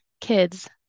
kids